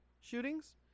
shootings